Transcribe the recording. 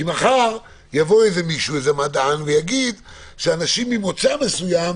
כי מחר יבוא איזה מדען ויגיד שאנשים ממוצא מסוים,